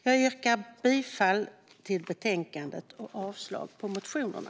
Jag yrkar bifall till utskottets förslag i betänkandet och avslag på motionerna.